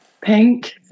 Pink